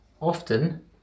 often